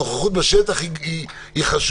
הנוכחות בשטח חשובה,